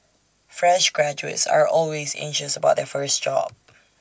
fresh graduates are always anxious about their first job